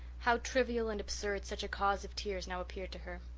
how trivial and absurd such a cause of tears now appeared to her.